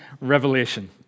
Revelation